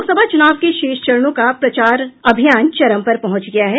लोकसभा चुनाव के शेष चरणों का प्रचार अभियान चरम पर पहुंच गया है